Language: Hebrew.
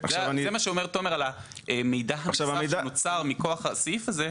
זה מה שאומר תומר על המידע שנוצר מכוח הסעיף הזה.